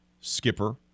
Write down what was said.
skipper